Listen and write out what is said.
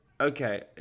okay